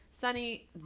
Sunny